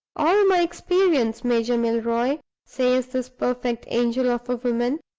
all my experience, major milroy says this perfect angel of a woman,